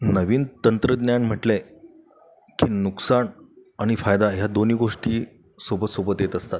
नवीन तंत्रज्ञान म्हटले की नुकसान आणि फायदा ह्या दोन्ही गोष्टी सोबतसोबत येत असतात